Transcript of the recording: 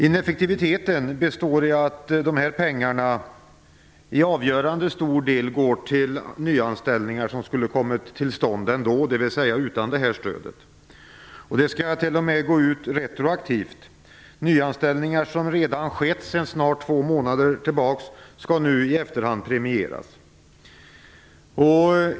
Ineffektiviteten består i att pengarna i avgörande stor del går till nyanställningar som skulle ha kommit till stånd ändå, dvs. utan stödet. Det skall t.o.m. utgå retroaktivt. Nyanställningar som redan skett sedan snart två månader tillbaka skall nu i efterhand premieras.